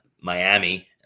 Miami